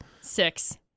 Six